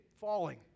falling